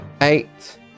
eight